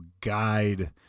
guide